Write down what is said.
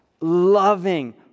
loving